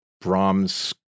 Brahms